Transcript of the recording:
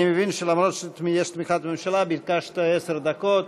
אני מבין שלמרות שיש תמיכת ממשלה ביקשת עשר דקות,